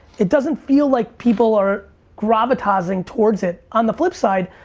it doesn't feel like people are gravi-tasing towards it. on the flip side,